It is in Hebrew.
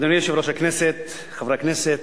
אדוני יושב-ראש הכנסת, חברי הכנסת,